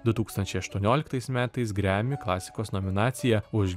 du tūkstančiai aštuonioliktais metais grammy klasikos nominacija už